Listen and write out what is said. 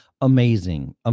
Amazing